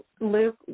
Luke